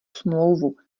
smlouvu